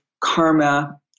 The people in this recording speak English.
karma